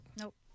Nope